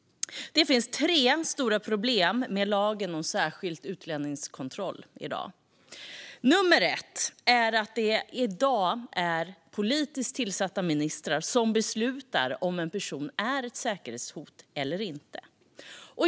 Det finns tre stora problem med lagen om särskild utlänningskontroll i dag. Nr 1 är att det i dag är politiskt tillsatta ministrar som beslutar om en person är ett säkerhetshot eller inte.